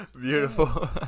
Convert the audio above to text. Beautiful